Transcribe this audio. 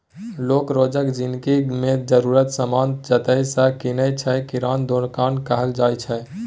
लोक रोजक जिनगी मे जरुरतक समान जतय सँ कीनय छै किराना दोकान कहल जाइ छै